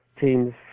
teams